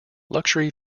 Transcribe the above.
luxury